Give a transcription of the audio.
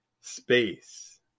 Space